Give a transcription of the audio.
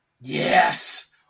Yes